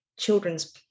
children's